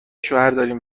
شوهرداریم